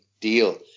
deal